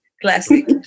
Classic